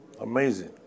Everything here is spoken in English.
Amazing